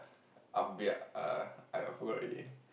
err I forgot already